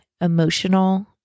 emotional